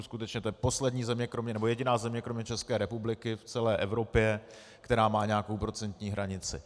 Skutečně to je poslední země, nebo jediná země kromě České republiky v celé Evropě, která má nějakou procentní hranici.